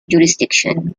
jurisdiction